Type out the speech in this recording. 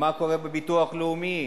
מה קורה בביטוח לאומי,